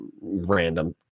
random